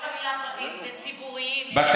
זו לא המילה המתאימה.